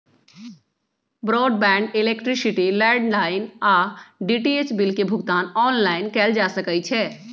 broadband, electricity, landline आऽ DTH bill के भुगतान ऑनलाइन कएल जा सकइ छै